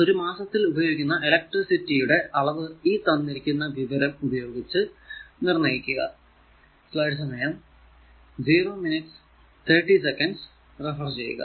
ഒരു മാസത്തിൽ ഉപയോഗിക്കുന്ന ഇലെക്ട്രിസിറ്റി യുടെ അളവ് ഈ തന്നിരിക്കുന്ന വിവരം ഉപയോഗിച്ച് നിർണയിക്കുക